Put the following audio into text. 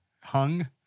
Hung